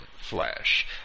flesh